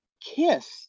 Kiss